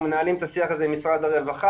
אנחנו מנהלים את השיח הזה עם משרד הרווחה,